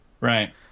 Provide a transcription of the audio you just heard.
Right